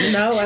no